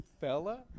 fella